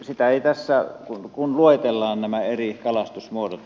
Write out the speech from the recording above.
sitä ei ole tässä kun luetellaan nämä eri kalastusmuodot